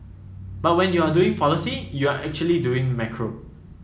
but when you are doing policy you're actually doing macro